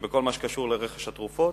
בכל מה שקשור לרכש התרופות,